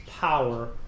power